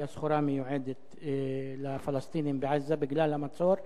כי הסחורה מיועדת לפלסטינים בעזה בגלל המצור.